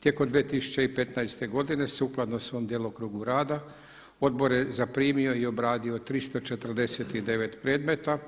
Tijekom 2015. godine sukladno svom djelokrugu rada Odbor je zaprimio i obradio 349. predmeta